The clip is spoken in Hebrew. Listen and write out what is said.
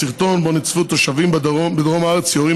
עם חשיפת הסרטון שבו נצפו תושבים בדרום הארץ יורים